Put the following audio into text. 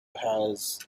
has